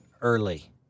early